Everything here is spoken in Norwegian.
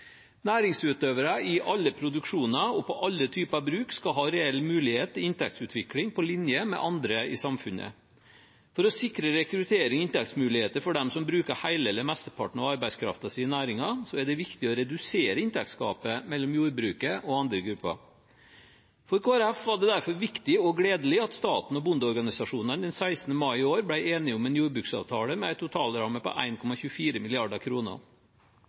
Næringsutøvere i alle produksjoner og på alle typer bruk skal ha reell mulighet til inntektsutvikling på linje med andre i samfunnet. For å sikre rekrutterings- og inntektsmuligheter for dem som bruker hele eller mesteparten av arbeidskraften sin i næringen, er det viktig å redusere inntektsgapet mellom jordbruket og andre grupper. For Kristelig Folkeparti var det derfor viktig og gledelig at staten og bondeorganisasjonene den 16. mai i år ble enige om en jordbruksavtale med en totalramme på 1,24 mrd. kr. Rammen gir rom for en